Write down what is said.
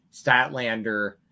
Statlander